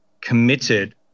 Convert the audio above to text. committed